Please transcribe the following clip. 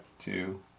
Two